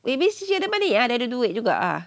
maybe she has the money ada duit juga ah